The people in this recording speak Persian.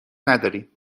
نداریم